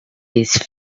his